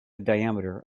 diameter